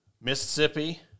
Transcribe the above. Mississippi